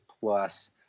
plus